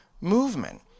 movement